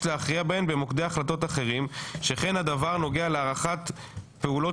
להכריע בהן במוקדי החלטות אחרים שכן הדבר נוגע להארכת פעולות